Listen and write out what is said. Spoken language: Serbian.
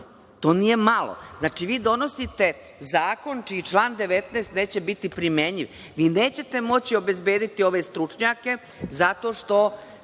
to nije malo. Znači, vi donosite zakon čiji član 19. neće biti primenjiv. Vi nećete moći obezbediti ove stručnjake zato što